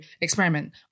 experiment